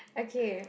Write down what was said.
okay